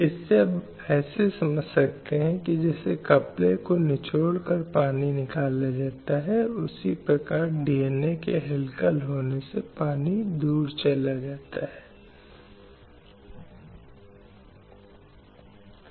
slide समय संदर्भ 1601 1993 की घोषणा भी महिलाओं के अधिकारों को मानने के लिए चलाई गई